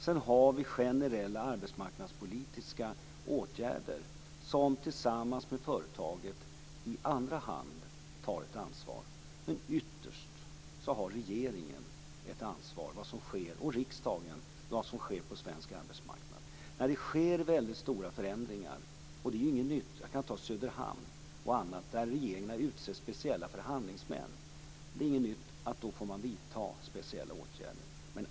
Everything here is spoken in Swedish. Sedan har vi generella arbetsmarknadspolitiska åtgärder för att i andra hand tillsammans med företaget ta ett ansvar. Ytterst har regeringen och riksdagen ett ansvar för det som sker på svensk arbetsmarknad. När det sker väldigt stora förändringar utser regeringen speciella förhandlingsmän, och det är inget nytt - jag kan nämna Söderhamn. Och då får man vidta speciella åtgärder.